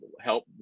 help